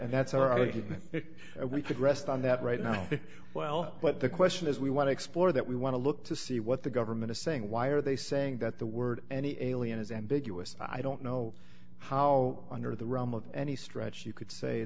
and that's our look at it we could rest on that right now well but the question is we want to explore that we want to look to see what the government is saying why are they saying that the word any alien is ambiguous i don't know how under the realm of any stretch you could say